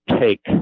take